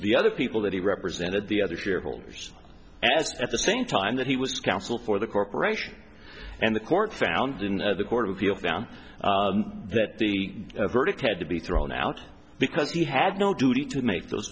the other people that he represented the other shareholders as at the same time that he was counsel for the corporation and the court found in the court of appeal found that the verdict had to be thrown out because he had no duty to make those